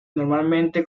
normalmente